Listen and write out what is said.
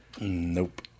Nope